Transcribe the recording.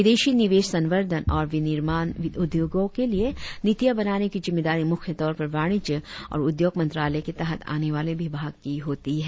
विदेशी निवेश संवर्द्धन और विनिर्माण उद्योगों के लिए नीतियां बनाने की जिम्मेदारी मुख्य तौर पर वाणिज्य और उद्योग मंत्रालय के तहत आने वाले विभाग की होती है